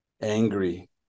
angry